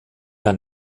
ein